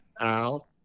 Al